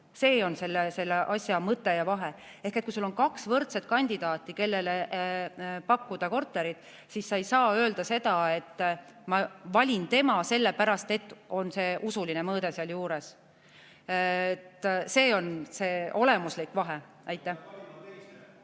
See on selle asja mõte ja siin on see vahe. Ehk kui sul on kaks võrdset kandidaati, kellele pakkuda korterit, siis sa ei saa öelda, et ma valin tema, sellepärast et see usuline mõõde on seal juures. See on see olemuslik vahe. (Hääl